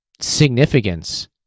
significance